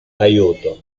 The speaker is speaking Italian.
aiuto